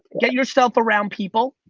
get yourself around people.